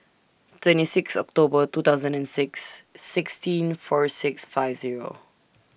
twenty six October two thousand and six sixteen four six five Zero